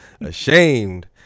ashamed